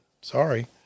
Sorry